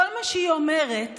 כל מה שהיא אומרת